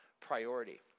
priority